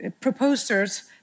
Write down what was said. proposers